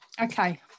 Okay